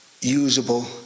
usable